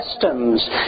customs